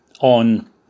on